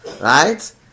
right